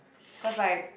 cause like